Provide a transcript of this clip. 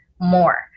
more